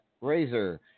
Razor